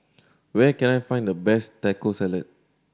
where can I find the best Taco Salad